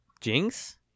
Jinx